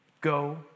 Go